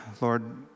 lord